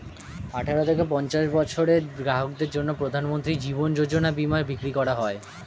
আঠারো থেকে পঞ্চাশ বছরের গ্রাহকদের জন্য প্রধানমন্ত্রী জীবন যোজনা বীমা বিক্রি করা হয়